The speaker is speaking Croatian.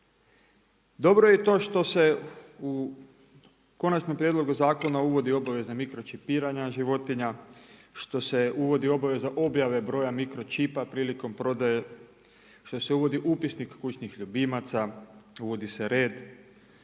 Dobro je i to što se u konačnom prijedlogu zakona uvodi obveza mikročipiranja životinja, što se uvodi obveza objave broja mikročipa prilikom prodaje, što se vodi Upisnik kućnih ljubimaca, uvodi se radi,